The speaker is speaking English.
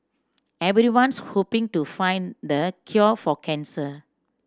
everyone's hoping to find the cure for cancer